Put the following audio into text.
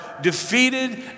defeated